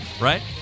right